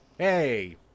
hey